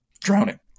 drowning